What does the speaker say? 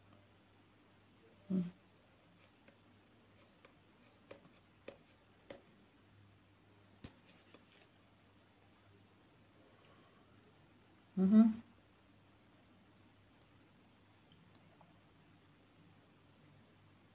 mm mmhmm